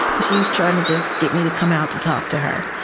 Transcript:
but she was trying to just get me to come out to talk to her.